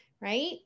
right